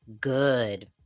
good